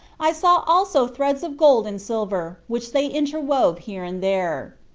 i saw also threads of gold and silver, which they interwove here and there.